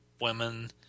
women